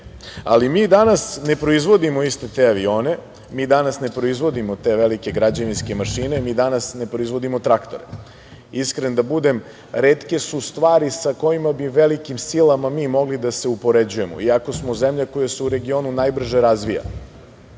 mi danas ne proizvodimo iste te avione, mi danas ne proizvodimo te velike građevinske mašine, mi danas ne proizvodimo traktore. Iskren da budem, retke su stvari sa kojima bi velikim silama mi mogli da se upoređujemo, iako smo zemlja koja se u regionu najviše razvija.